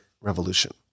Revolution